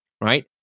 right